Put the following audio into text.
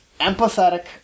empathetic